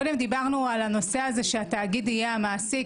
קודם דיברנו על הנושא הזה שהתאגיד יהיה המעסיק,